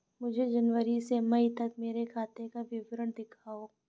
मुझे जनवरी से मई तक मेरे खाते का विवरण दिखाओ?